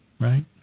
right